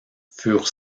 furent